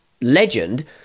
legend